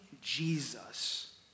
Jesus